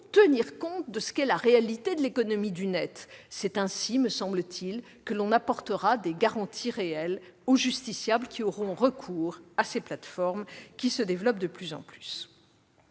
tenir compte de ce qu'est la réalité de l'économie du Net. C'est ainsi, me semble-t-il, que l'on apportera des garanties réelles aux justiciables qui auront recours à ces plateformes de plus en plus